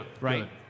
right